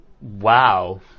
wow